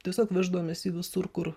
tiesiog veždavomės jį visur kur